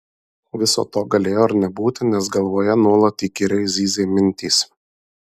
viso to galėjo nebūti nes galvoje nuolat įkyriai zyzė mintys